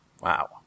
Wow